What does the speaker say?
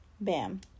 bam